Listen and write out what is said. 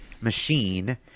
machine